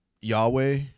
Yahweh